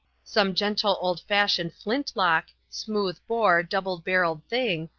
some gentle old-fashioned flint-lock, smooth-bore, double-barreled thing,